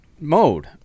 mode